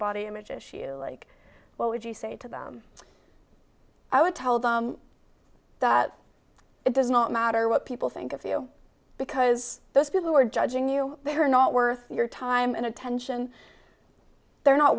body image issue like what would you say to them i would tell them that it does not matter what people think of you because those people who are judging you they are not worth your time and attention they're not